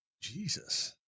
Jesus